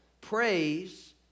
Praise